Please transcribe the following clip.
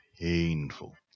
painful